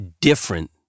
different